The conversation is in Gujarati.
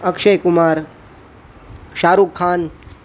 અક્ષય કુમાર શાહરૂખ ખાન